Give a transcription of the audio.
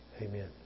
Amen